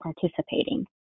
participating